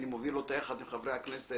אני מובי אותה יחד עם חברי הכנסת